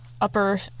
upper